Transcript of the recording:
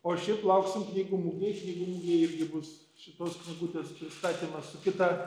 o šiaip lauksim knygų mugėj knygų mugėj irgi bus šitos knygutės pristatymas su kita